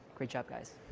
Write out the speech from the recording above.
great job guys.